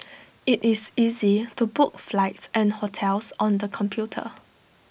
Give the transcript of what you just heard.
IT is easy to book flights and hotels on the computer